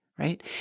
right